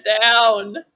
down